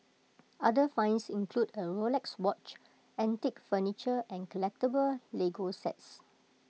other finds include A Rolex watch antique furniture and collectable Lego sets